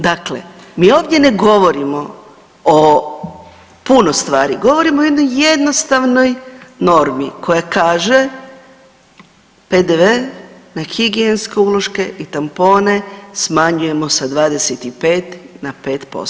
Dakle, mi ovdje ne govorimo o puno stvari, govorimo o jednoj jednostavnoj normi koja kaže, PDV na higijenske uloške i tampone smanjujemo sa 25 na 5%